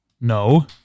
No